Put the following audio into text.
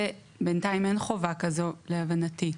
זה בינתיים אין חובה כזו להבנתי.